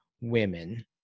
women